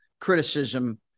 criticism